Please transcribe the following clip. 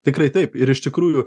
tikrai taip ir iš tikrųjų